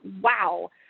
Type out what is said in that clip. wow